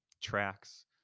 tracks